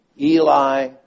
Eli